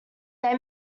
they